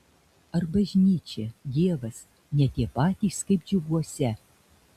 ar bažnyčia dievas ne tie patys kaip džiuguose